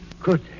Good